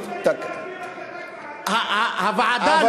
מישהו צריך להסביר את החלטת הוועדה.